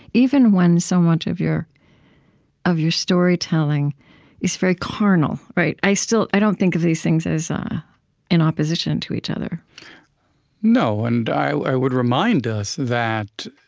even when so much of your of your storytelling is very carnal? i still i don't think of these things as in opposition to each other no, and i would remind us that,